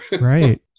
Right